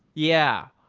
yeah.